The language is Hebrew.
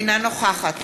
אינה נוכחת